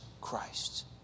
Christ